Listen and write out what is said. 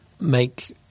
make